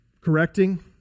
correcting